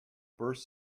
birth